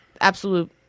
Absolute